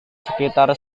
sekitar